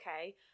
okay